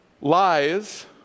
Lies